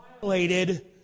violated